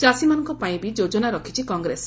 ଚାଷୀମାନଙ୍କପାଇଁ ବି ଯୋଜନା ରଖିଛି କଂଗ୍ରେସ